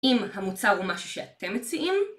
אם המוצר הוא משהו שאתם מציעים